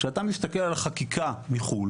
כשאתה מסתכל על חקיקה מחו"ל